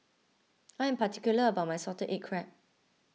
I am particular about my Salted Egg Crab